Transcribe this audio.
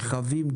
רכבים,